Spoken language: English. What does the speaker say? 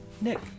Nick